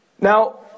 Now